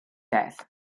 death